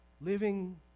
living